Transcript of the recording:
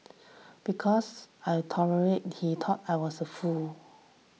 because I tolerated he thought I was fool